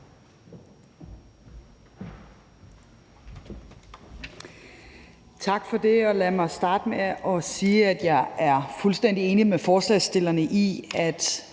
Tak for det. Lad mig starte med at sige, at jeg er fuldstændig enig med forslagsstillerne i, at